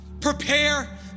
prepare